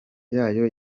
yayo